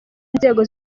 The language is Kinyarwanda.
nzego